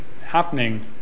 happening